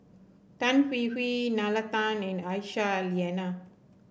Tan Hwee Hwee Nalla Tan and Aisyah Lyana